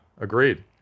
agreed